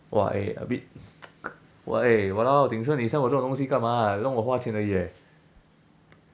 !wah! eh a bit !wah! eh !walao! ding sheng send 我这种东西干嘛让我花钱而已 eh